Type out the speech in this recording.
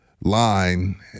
Line